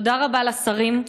תודה רבה לשרים,